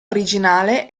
originale